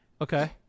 Okay